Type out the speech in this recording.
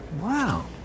Wow